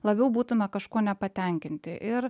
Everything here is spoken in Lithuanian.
labiau būtume kažkuo nepatenkinti ir